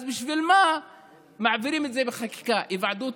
אז בשביל מה מעבירים את זה בחקיקה, היוועדות